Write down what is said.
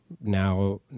now